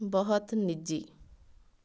ਬਹੁਤ ਨਿੱਜੀ